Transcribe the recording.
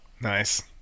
Nice